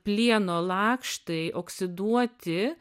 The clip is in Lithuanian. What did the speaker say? plieno lakštai oksiduoti